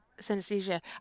synesthesia